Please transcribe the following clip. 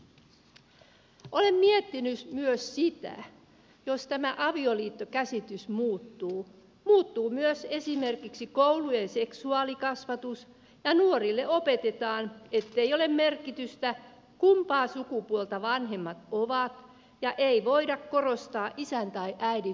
olen miettinyt myös sitä että jos tämä avioliittokäsitys muuttuu muuttuu myös esimerkiksi koulujen seksuaalikasvatus ja nuorille opetetaan ettei ole merkitystä kumpaa sukupuolta vanhemmat ovat ja ei voida korostaa isän tai äidin merkitystä